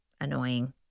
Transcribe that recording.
annoying